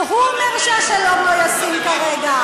גם הוא אומר שהשלום לא ישים כרגע,